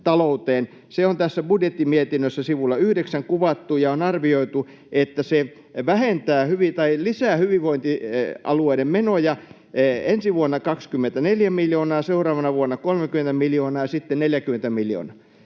Se on tässä budjettimietinnössä sivulla 9 kuvattu, ja on arvioitu, että se lisää hyvinvointialueiden menoja ensi vuonna 24 miljoonaa, seuraavana vuonna 30 miljoonaa ja sitten 40 miljoonaa.